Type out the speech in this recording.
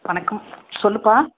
வணக்கம் சொல்லுப்பா